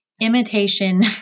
imitation